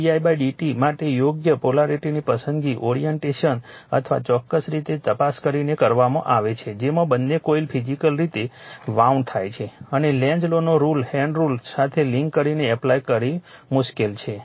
M didt માટે યોગ્ય પોલારિટીની પસંદગી ઓરિએન્ટેશન અથવા ચોક્કસ રીતે તપાસ કરીને કરવામાં આવે છે જેમાં બંને કોઇલ ફિજીકલ રીતે વાઉન્ડ થાય છે અને લેન્ઝ લૉને હેન્ડ રુલ સાથે લિંક કરીને એપ્લાય કરવું મુશ્કેલ છે